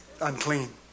Unclean